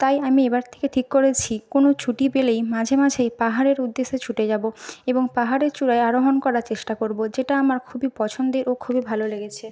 তাই আমি এবার থেকে ঠিক করেছি কোনও ছুটি পেলেই মাঝে মাঝে পাহাড়ের উদ্দেশ্যে ছুটে যাবো এবং পাহাড়ের চূড়ায় আরোহণ করার চেষ্টা করবো যেটা আমার খুবই পছন্দের ও খুবই ভালো লেগেছে